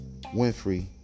Winfrey